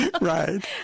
Right